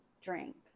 drink